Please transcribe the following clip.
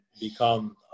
become